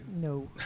No